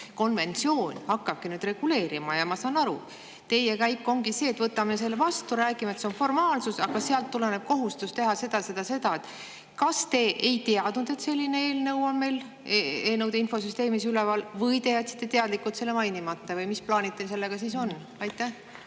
konventsioon hakkabki nüüd reguleerima. Ja ma saan aru, teie käik ongi see, et võtame selle vastu, räägime, et see on formaalsus, aga sealt tuleneb kohustus teha seda, seda ja seda. Kas te ei teadnud, et selline eelnõu on meil eelnõude infosüsteemis üleval, või te jätsite teadlikult selle mainimata? Või mis plaanid teil sellega on? Ma